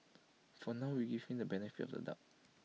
for now we give him the benefit of the doubt